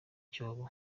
cyobo